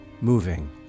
moving